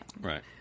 Right